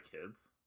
Kids